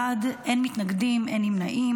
שבעה בעד, אין מתנגדים, אין נמנעים.